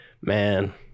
man